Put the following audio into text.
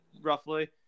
Roughly